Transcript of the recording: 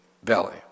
valley